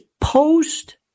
post